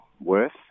Worth